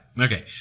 Okay